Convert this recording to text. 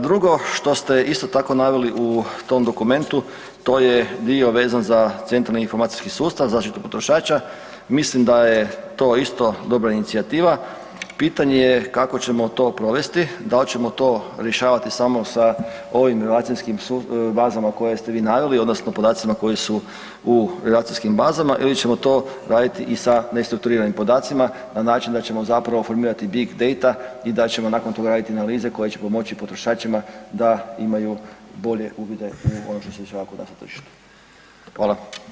Drugo što ste isto tako naveli u tom dokumentu, to je dio vezan za centralni informacijski sustav, zaštitu potrošača, mislim da je to isto dobra inicijativa, pitanje je kako ćemo to provesti, da li ćemo to rješavati samo sa ovim relacijskim bazama koje ste vi naveli, odnosno podacima koji su u relacijskim bazama ili ćemo to raditi i sa restrukturiranim podacima na način da ćemo zapravo formirati big dana i da ćemo nakon toga raditi analize koje će pomoći potrošačima da imaju bolje uvide u ono što se … [[govornik se ne razumije]] Hvala.